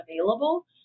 available